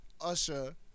Usher